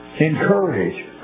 Encourage